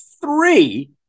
three